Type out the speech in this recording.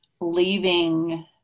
leaving